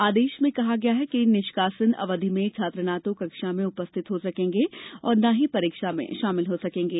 आदेश में कहा गया है कि निष्कासन अवधि में छात्र न तो कक्षा में उपस्थित हो सकेंगे और न ही परीक्षा में शामिल हो सकेंगे